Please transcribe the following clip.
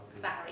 Sorry